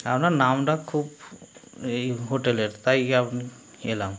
আপনার নাম ডাক খুব এই হোটেলের তাই আপনি এলাম